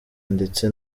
ndetse